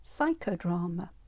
psychodrama